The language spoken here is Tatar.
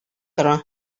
тора